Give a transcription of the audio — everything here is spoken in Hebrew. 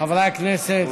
חברי הכנסת.